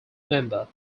member